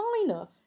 designer